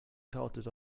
coated